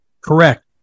Correct